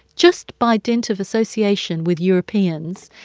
just by dint of association with europeans,